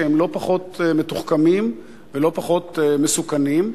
שהם לא פחות מתוחכמים ולא פחות מסוכנים,